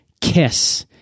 kiss